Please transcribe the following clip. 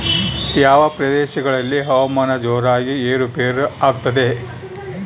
ಯಾವ ಪ್ರದೇಶಗಳಲ್ಲಿ ಹವಾಮಾನ ಜೋರಾಗಿ ಏರು ಪೇರು ಆಗ್ತದೆ?